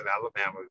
Alabama